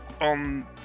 on